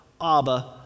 Abba